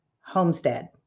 homestead